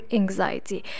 anxiety